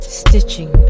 stitching